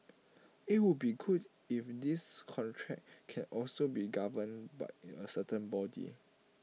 IT would be good if this contract can also be governed by in A certain body